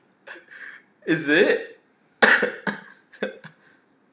is it